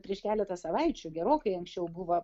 prieš keletą savaičių gerokai anksčiau buvo